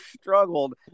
struggled